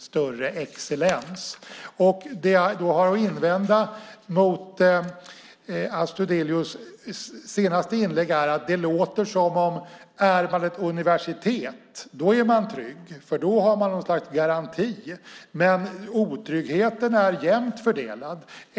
Det jag har att invända mot Astudillos senaste inlägg är att det låter som om ifall man är ett universitet är man trygg, för då har man något slags garanti. Men otryggheten är jämnt fördelad.